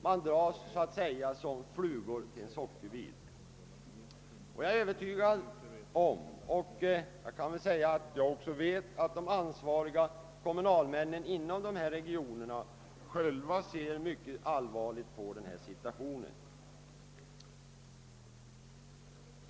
Man dras så att säga som flugor till en sockerbit: Jag vet, att de ansvariga kommunalmännen inom dessa "regioner själva ser mycket allvarligt på denna situation.